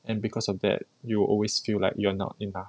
and because of that you will always feel like you're not enough